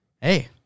hey